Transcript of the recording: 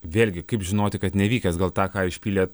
vėlgi kaip žinoti kad nevykęs gal tą ką išpylėt